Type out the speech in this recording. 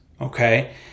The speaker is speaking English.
okay